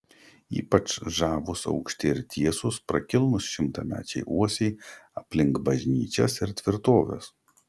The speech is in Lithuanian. ypač žavūs aukšti ir tiesūs prakilnūs šimtamečiai uosiai aplink bažnyčias ir tvirtoves